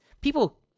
people